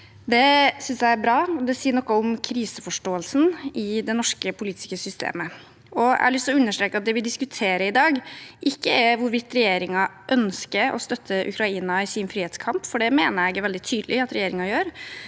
Det synes jeg er bra, det sier noe om kriseforståelsen i det norske politiske systemet. Jeg har lyst til å understreke at det vi diskuterer i dag, ikke er hvorvidt regjeringen ønsker å støtte Ukraina i frihetskampen, for det mener jeg det er veldig tydelig at regjeringen gjør.